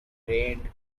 rained